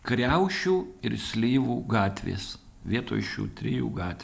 kriaušių ir slyvų gatvės vietoj šių trijų gatvių